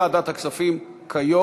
לוועדת הכספים כיום,